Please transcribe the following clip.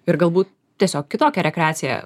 ir galbūt tiesiog kitokią rekreaciją